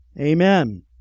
Amen